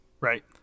right